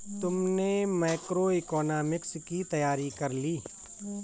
तुमने मैक्रोइकॉनॉमिक्स की तैयारी कर ली?